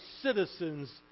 citizens